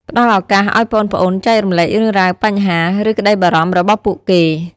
ផ្ដល់ឱកាសឱ្យប្អូនៗ ចែករំលែករឿងរ៉ាវ បញ្ហា ឬក្ដីបារម្ភ របស់ពួកគេ ផ្ដល់ឱកាសឱ្យប្អូនៗ ចែករំលែករឿងរ៉ាវ បញ្ហា ឬក្ដីបារម្ភ របស់ពួកគេ ។